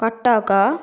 Cuttack